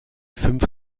fünf